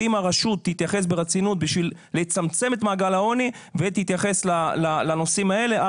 אם הרשות תתייחס ברצינות בשביל לצמצם את מעגל העוני לנושאים האלה,